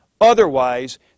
Otherwise